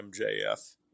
MJF